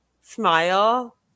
smile